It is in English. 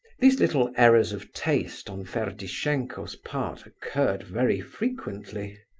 these little errors of taste on ferdishenko's part occurred very frequently.